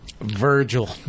Virgil